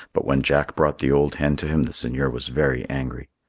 but when jack brought the old hen to him the seigneur was very angry.